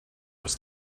was